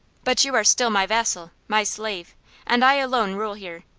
but you are still my vassal, my slave and i alone rule here.